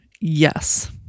Yes